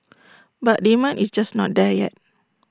but demand is just not there yet